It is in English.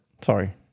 Sorry